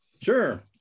Sure